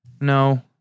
no